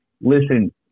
Listen